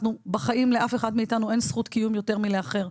בחיים לאף אחד מאיתנו אין זכות קיום יותר מלאחר,